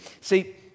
see